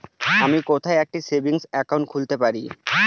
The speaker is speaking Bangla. আমি কোথায় একটি সেভিংস অ্যাকাউন্ট খুলতে পারি?